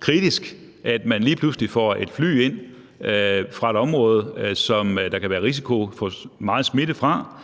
kritisk, at man lige pludselig får et fly ind fra et område, som der kan være risiko for meget smitte fra,